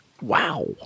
Wow